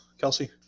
Kelsey